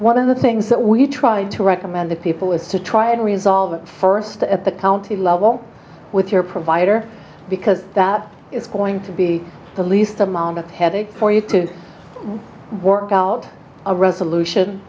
one of the things that we tried to recommend to people is to try and resolve first at the county level with your provider because that is going to be the least amount of headache for you to work out a resolution